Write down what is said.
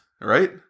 Right